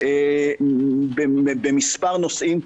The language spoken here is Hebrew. במספר נושאים,